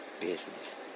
Business